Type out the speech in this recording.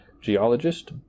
geologist